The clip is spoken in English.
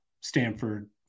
Stanford